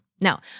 Now